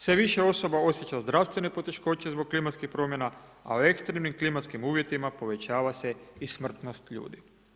Sve više osoba osjeća zdravstvene poteškoće zbog klimatskih promjena, a u ekstremnim klimatskim uvjetima povećava se i smrtnost ljudi.